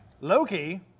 Loki